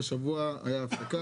שבוע הפסקה,